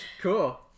Cool